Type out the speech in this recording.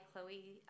Chloe